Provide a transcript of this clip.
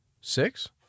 six